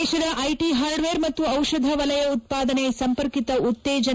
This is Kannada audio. ದೇಶದ ಐಟಿ ಹಾರ್ಡ್ವೇರ್ ಮತ್ತು ಔಷಧ ವಲಯ ಉತ್ಪಾದನೆ ಸಂಪರ್ಕಿತ ಉತ್ತೇಜನಾ